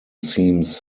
seems